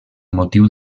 motiu